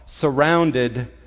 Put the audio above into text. surrounded